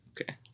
Okay